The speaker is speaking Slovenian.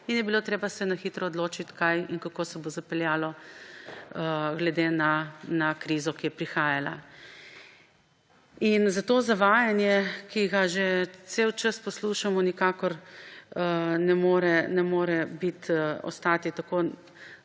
se je bilo treba na hitro odločiti, kaj in kako se bo zapeljalo glede na krizo, ki je prihajala. Zato zavajanje, ki ga že ves čas poslušamo, nikakor ne more ostati brez